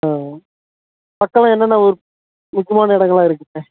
ஆ பக்கமாக என்னென்ன ஊர் முக்கியமான இடங்கள்லாம் இருக்குங்க